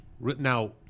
Now